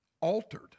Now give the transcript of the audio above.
altered